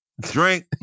Drink